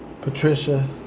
Patricia